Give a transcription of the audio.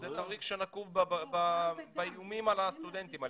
זה תאריך שנקוב באיומים על הסטודנטים.